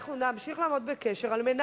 אני מודה